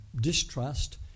distrust